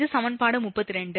இது சமன்பாடு 32